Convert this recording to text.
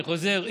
אני חוזר,